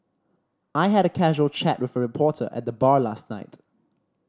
I had a casual chat with a reporter at the bar last night